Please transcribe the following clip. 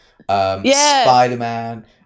Spider-Man